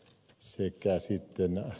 arvoisa herra puhemies